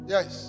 Yes